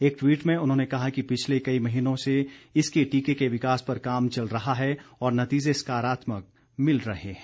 एक ट्वीट में उन्होंने कहा कि पिछले कई महीनों से इसके टीके के विकास पर काम चल रहा है और नतीजे सकारात्मक मिल रहे हैं